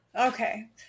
Okay